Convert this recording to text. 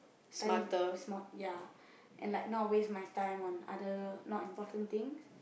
study smart ya and like not waste my time on other not important thing